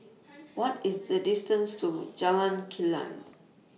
What IS The distance to Jalan Kilang